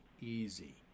easy